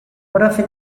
profe